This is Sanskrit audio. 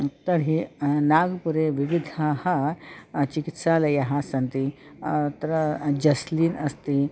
तर्हि नागपुरे विविधाः चिकित्सालयाः सन्ति अत्र जस्लीन् अस्ति